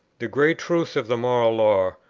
the great truths of the moral law,